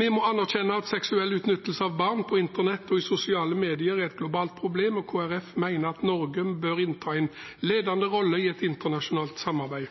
Vi må anerkjenne at seksuell utnyttelse av barn på internett og i sosiale medier er et globalt problem, og Kristelig Folkeparti mener at Norge bør innta en ledende rolle i et internasjonalt samarbeid.